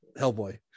Hellboy